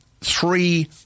Three